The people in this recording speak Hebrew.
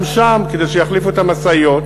גם שם, כדי שיחליף את המשאיות